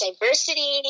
diversity